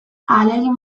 ahalegin